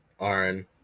Aaron